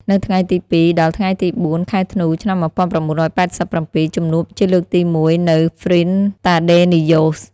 នៅថ្ងៃទី០២ ដល់ថ្ងៃទី០៤ ខែធ្នូ ឆ្នាំ១៩៨៧ ជំនួបជាលើកទី១ នៅ ហ្វ្រីន-តាដេនីយ៉ូស ។